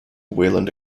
wayland